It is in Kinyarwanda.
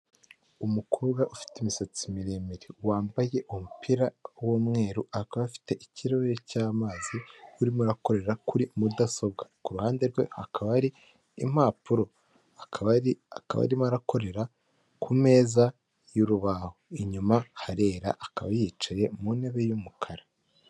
Umukobwa ufite imisatsi miremire wambaye umupira w'umweru akaba afite ikirahure cy'amazi, urimo urakorera kuri mudasobwa. Ku ruhande rwe hakaba hari impapuro akaba arimo arakorera ku meza y'urubaho inyuma harera akaba yicaye mu ntebe y'umukara.